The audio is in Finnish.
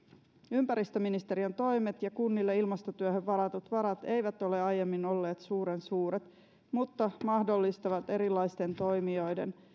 ympäristöministeriön toimet ja kunnille ilmastotyöhön varatut varat eivät ole aiemmin olleet suuren suuret mutta mahdollistavat erilaisten toimijoiden